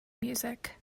music